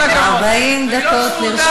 40 דקות.